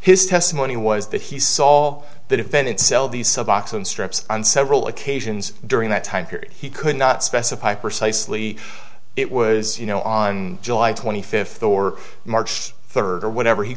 his testimony was that he saw the defendant sell these suboxone strips on several occasions during that time period he could not specify precisely it was you know on july twenty fifth or march third or whatever he